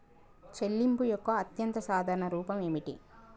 చెల్లింపు యొక్క అత్యంత సాధారణ రూపం ఏమిటి?